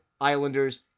Islanders